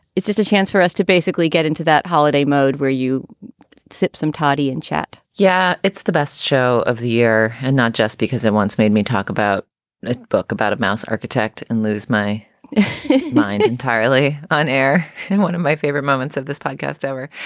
it's just a chance for us to basically get into that holiday mode where you sip some toddy and chat. yeah, it's the best show of the year and not just because i once made me talk about that book about a mouse architect and lose my mind entirely on air and one of my favorite moments of this podcast ever.